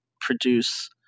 produce